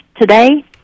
today